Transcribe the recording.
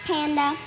Panda